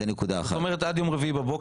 זאת אומרת, שאפשר עד יום רביעי בבוקר?